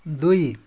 दुई